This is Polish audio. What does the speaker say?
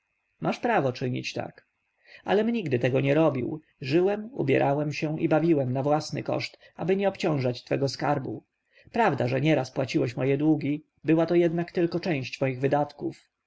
masz prawo czynić tak alem nigdy tego nie robił żyłem ubierałem się i bawiłem na własny koszt aby nie obciążać twego skarbu prawda że nieraz płaciłeś moje długi była to jednak tylko część moich wydatków